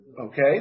Okay